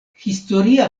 historia